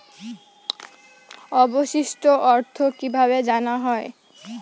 অবশিষ্ট অর্থ কিভাবে জানা হয়?